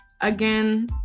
again